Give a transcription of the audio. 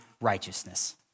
righteousness